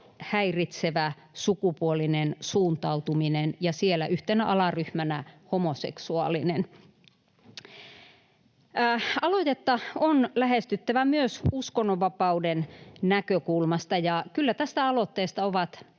häiritsevä sukupuolinen suuntautuminen” ja siellä yhtenä alaryhmänä ”homoseksuaalinen”. Aloitetta on lähestyttävä myös uskonnonvapauden näkökulmasta, ja kyllä tästä aloitteesta ovat